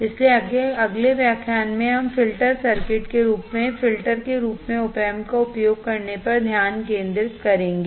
इसलिए अगले व्याख्यान में हम एक फिल्टर सर्किट के रूप में एक फिल्टर के रूप में opamp का उपयोग करने पर ध्यान केंद्रित करेंगे